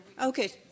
Okay